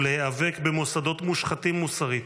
ולהיאבק במוסדות מושחתים מוסרית.